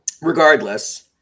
Regardless